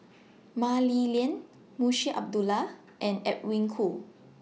Mah Li Lian Munshi Abdullah and Edwin Koo